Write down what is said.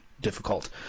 difficult